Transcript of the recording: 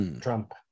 Trump